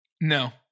No